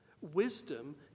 Wisdom